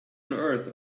earth